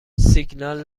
سیگنال